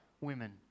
women